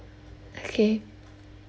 okay